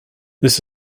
this